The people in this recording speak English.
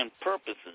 purposes